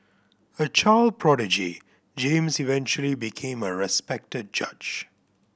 a child prodigy James eventually became a respected judge